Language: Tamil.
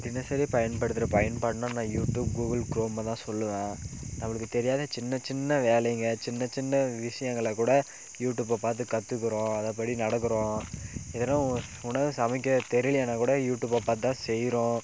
தினசரி பயன்படுத்துகிற பயன்பாடுனா நான் யூடியூப் கூகுள் குரோமை தான் சொல்லுவேன் நம்மளுக்கு தெரியாத சின்ன சின்ன வேலைங்க சின்ன சின்ன விஷயங்கள கூட யூடியூபை பார்த்து கத்துக்கிறோம் அதன் படி நடக்கிறோம் எதுனா உணவு சமைக்க தெரியலனா கூட யூடியூபை பார்த்துதான் செய்றோம்